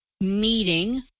meeting